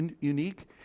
unique